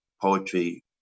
poetry